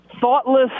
thoughtless